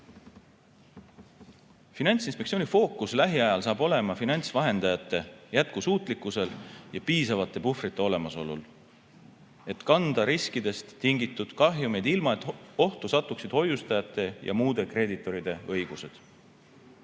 Finantsinspektsiooni fookus finantsvahendajate jätkusuutlikkusel ja piisavate puhvrite olemasolul, et kanda riskidest tingitud kahjumeid ilma, et ohtu satuksid hoiustajate ja muude kreeditoride õigused.